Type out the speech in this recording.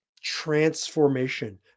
transformation